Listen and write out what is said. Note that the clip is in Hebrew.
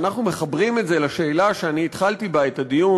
ואנחנו מחברים את זה לשאלה שאני התחלתי בה את הדיון,